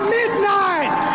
midnight